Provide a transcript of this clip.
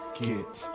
get